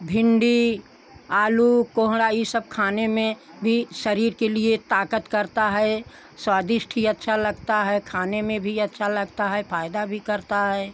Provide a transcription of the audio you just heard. भिंडी आलू कोंहड़ा यह सब खाने में भी शरीर के लिए ताकत करता है स्वादिष्ट ही अच्छा लगता है खाने में भी अच्छा लगता है फ़ायदा भी करता है